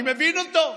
אני מבין אותו.